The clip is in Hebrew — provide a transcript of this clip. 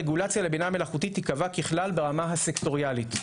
רגולציה לבינה מלאכותית תיקבע ככלל ברמה הסקטוריאלית.